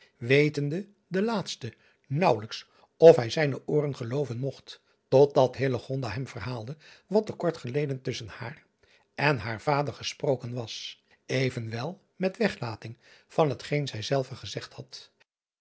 wetende de laatste naauwelijks of hij zijne ooren gelooven mogt tot dat hem verhaalde wat er kort geleden tusschen haar en haar vader gesproken was evenwel met weglating van hetgeen zij zelve gezegd had